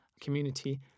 community